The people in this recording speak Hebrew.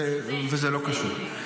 וזה לא קשור.